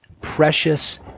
precious